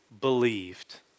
believed